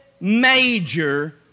major